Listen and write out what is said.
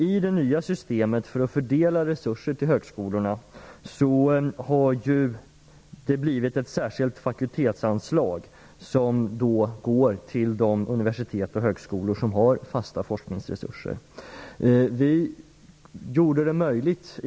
I det nya systemet för att fördela resurser till högskolorna har det inrättats ett särskilt fakultetsanslag för de universitet och högskolor som har fasta forskningsresurser.